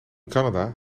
canada